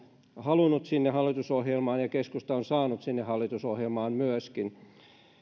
halunnut sinne hallitusohjelmaan ja keskusta on myöskin saanut sinne hallitusohjelmaan